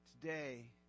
Today